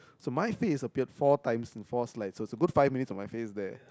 so my face appeared four times in four slides it was good five minutes of my face there